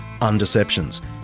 undeceptions